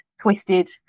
twisted